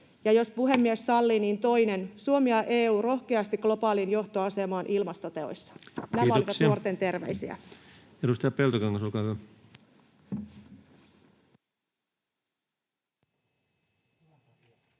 Ja jos puhemies sallii, niin toinen: ”Suomi ja EU rohkeasti globaaliin johtoasemaan ilmastoteoissa.” Nämä olivat nuorten terveisiä. Kiitoksia. — Edustaja Peltokangas, olkaa hyvä. Arvoisa